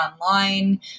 online